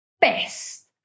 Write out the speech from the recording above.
best